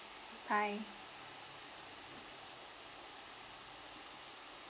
bye